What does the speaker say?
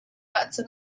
ahcun